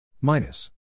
Minus